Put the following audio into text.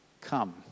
come